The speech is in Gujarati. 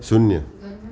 શૂન્ય